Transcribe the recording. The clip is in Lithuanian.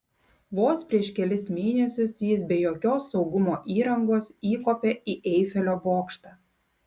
vos prieš kelis mėnesius jis be jokios saugumo įrangos įkopė į eifelio bokštą